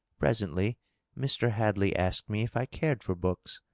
presently mr. hadley asked me if i cared for books,